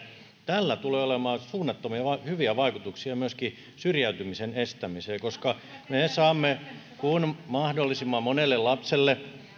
tällä tulee olemaan suunnattoman hyviä vaikutuksia myöskin syrjäytymisen estämiseen koska kun mahdollisimman monelle lapselle